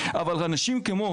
אבל אנשים כמו